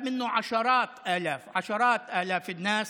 נהנו ממנו עשרות אלפים, עשרות אלפי אנשים,